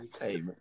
Hey